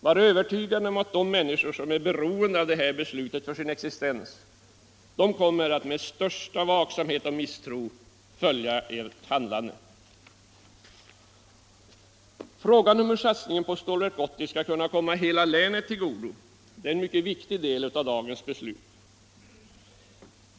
Var övertygade om att de människor som är beroende av detta beslut för sin existens med största vaksamhet och misstro kommer att följa ert handlande. Frågan om hur satsningen på Stålverk 80 skall kunna komma hela länet till godo är en mycket viktig del av dagens beslut.